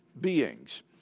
beings